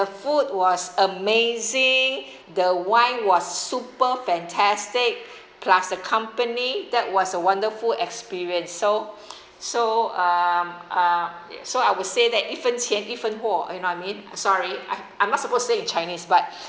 the food was amazing the wine was super fantastic plus the company that was a wonderful experience so so uh uh so I would say that 一分钱一分货 you know what I mean sorry I I'm not supposed to say in chinese but